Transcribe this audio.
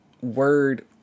word